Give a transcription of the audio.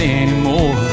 anymore